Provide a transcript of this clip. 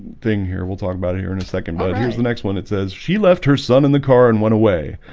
thing here, we'll talk about here in a second, but here's the next one it says she left her son in the car and went away,